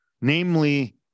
Namely